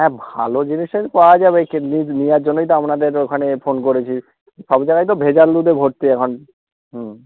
হ্যাঁ ভালো জিনিসের পাওয়া যাবে নেওয়ার জন্যেই তো আপনাদের ওখানে ফোন করেছি সব জায়গায় তো ভেজাল দুধে ভর্তি এখন হুম